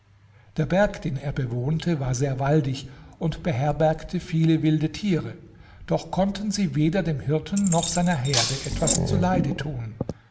der berg den er bewohnte war sehr waldig und beherbergte viele wilde tiere doch konnten sie weder dem hirten noch seiner herde etwas zuleide tun